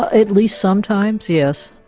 ah at least sometimes, yes.